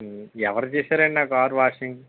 ఎవరు చేశారండి ఆ కారు వాషింగ్